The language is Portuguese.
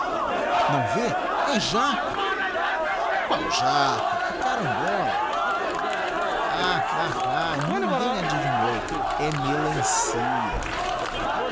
não vê é jaca qual jaca é carambola ah ah ah ninguém advinhou é melancia